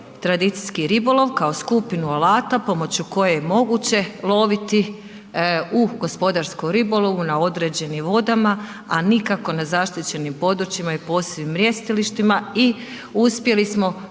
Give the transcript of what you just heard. tradicijski ribolov kao skupinu alata pomoću koje je moguće loviti u gospodarskom ribolovu na određenim vodama, a nikako na zaštićenim područjima i posebnim mrjestilištima i uspjeli smo